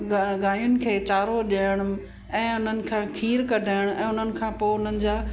ग गांयुनि खे चारो ॾियणु ऐं उन्हनि खां खीरु कढणु ऐं उन्हनि खां पोइ उन्हनि जा